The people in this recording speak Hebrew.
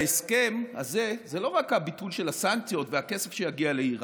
בהסכם הזה זה לא רק הביטול של הסנקציות והכסף שיגיע לאיראן.